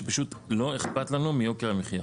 שפשוט לא אכפת לנו מיוקר המחיה.